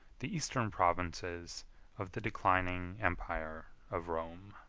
the eastern provinces of the declining empire of rome.